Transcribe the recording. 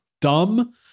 dumb